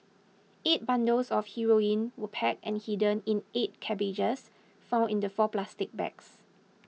eight bundles of heroin were packed and hidden in eight cabbages found in the four plastic bags